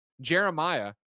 jeremiah